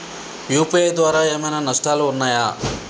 UPI ద్వారా ఏమైనా నష్టాలు ఉన్నయా?